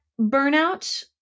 burnout